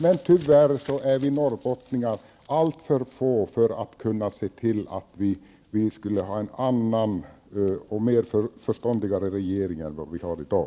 Men tyvärr är vi norrbottningar alltför få för att kunna se till att vi får en annan och mer förståndig regering än den vi har i dag.